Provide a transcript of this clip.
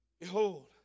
Behold